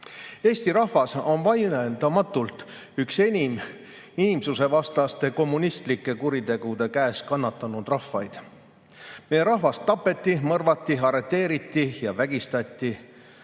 Eesti rahvas on vaieldamatult üks enim inimsusvastaste kommunistlike kuritegude käes kannatanud rahvaid. Meie rahvast tapeti, mõrvati, arreteeriti ja vägistati